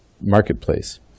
marketplace